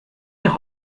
doch